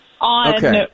on